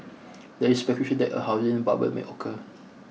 there is speculation that a housing bubble may occur